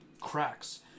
cracks